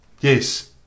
yes